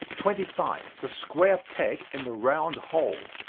twenty five. the square peg in the round hole.